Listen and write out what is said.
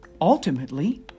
Ultimately